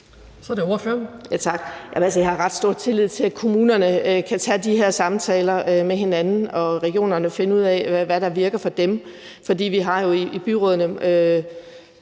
Så er det spørgeren